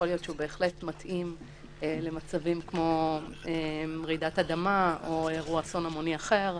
יכול להיות שהוא בהחלט מתאים למצבים כמו רעידת אדמה או אסון המוני אחר.